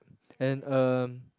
and uh